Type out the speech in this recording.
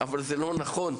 אבל זה לא נכון.